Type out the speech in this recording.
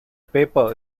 paper